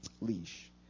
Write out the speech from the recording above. leash